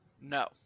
No